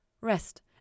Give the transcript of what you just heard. Rest